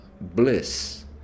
bliss